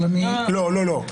לא.